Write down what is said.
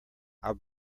our